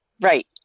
right